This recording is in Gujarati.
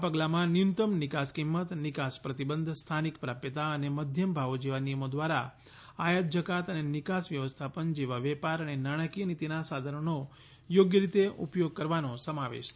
આ પગલાંમાં ન્યુનતમ નિકાસ કિંમત નિકાસ પ્રતિબંધ સ્થાનિક પ્રાપ્યતા અને મધ્યમ ભાવો જેવા નિયમો દ્વારા આયાત જકાત અને નિકાસ વ્યવસ્થાપન જેવા વેપાર અને નાણાકીય નીતિનાં સાધનોનો યોગ્ય રીતે ઉપયોગ કરવાનો સમાવેશ થાય છે